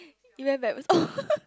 you have at